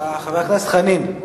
חבר הכנסת חנין,